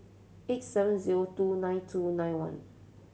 eight seven zero two nine two nine one